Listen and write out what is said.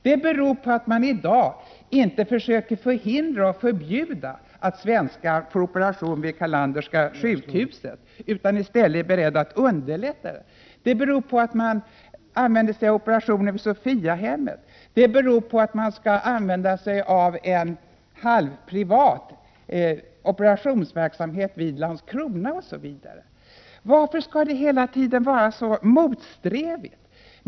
Det beror på att man i dag inte försöker förhindra och förbjuda att svenskar får genomgå operation vid Carlanderska sjukhuset utan i stället underlättar det. Det beror på att man använder sig av operationer vid Sophiahemmet, att man skall använda sig av en halvprivat operationsverksamhet i Landskrona osv. Varför skall det hela tiden vara så motsträvigt?